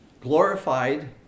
glorified